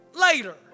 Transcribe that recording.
later